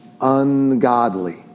ungodly